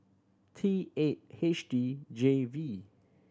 T eight H D J V